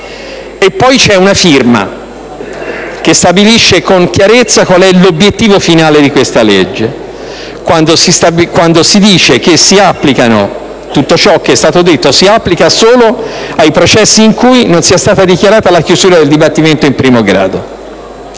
E poi c'è una firma che stabilisce con chiarezza qual è l'obiettivo finale di questa legge, quando si dice che tutto ciò che è stato detto si applica solo ai processi in cui non sia stata dichiarata la chiusura del dibattimento di primo grado.